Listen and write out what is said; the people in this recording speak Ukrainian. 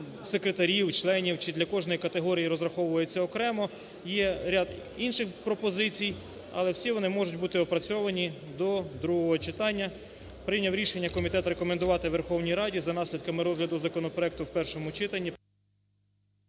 секретарів, членів, чи для кожної категорії розраховується окремо. Є ряд інших пропозицій, але всі вони можуть бути опрацьовані до другого читання. Прийняв рішення комітет рекомендувати Верховній Раді за наслідками розгляду законопроекту в першому читанні…